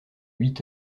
huit